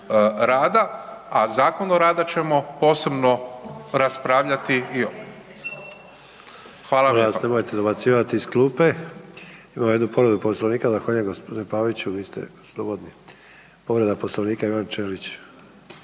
rada, a Zakon o radu ćemo posebno raspravljati. … /Upadica